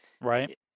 Right